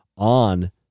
on